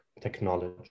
technology